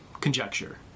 conjecture